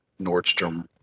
Nordstrom